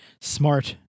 smart